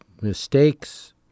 mistakes